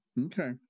Okay